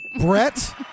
Brett